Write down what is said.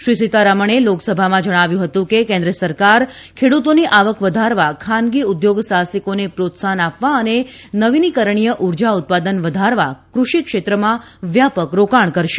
શ્રી સીતારમણે લોકસભામાં જણાવ્યું હતું કે કેન્દ્ર સરકાર ખેડુતોની આવક વધારવા ખાનગી ઉદ્યોગ સાહસિકોને પ્રોત્સાહન આપવા અને નવીનીકરણીય ઉર્જા ઉત્પાદન વધારવા કૃષિ ક્ષેત્રમાં વ્યાપક રોકાણ કરશે